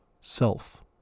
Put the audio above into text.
self